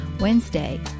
Wednesday